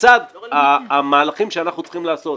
בצד המהלכים שאנחנו צריכים לעשות